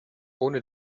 ohne